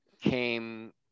came